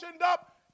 up